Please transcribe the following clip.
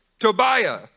Tobiah